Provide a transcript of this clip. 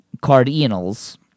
Cardinals